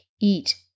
eat